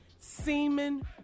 semen